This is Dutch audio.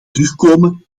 terugkomen